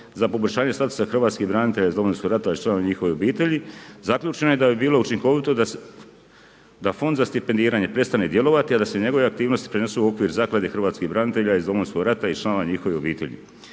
se ne razumije./… hrvatskih branitelja iz Domovinskog rata i članova njihovih obitelji. Zaključeno je da bi bilo učinkovito da fond za stipendiranje prestane djelovati a da se njegove aktivnosti prenesu u okvir zaklade hrvatskih branitelja iz Domovinskog rata i članova njihovih obitelji.